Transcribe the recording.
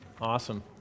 Awesome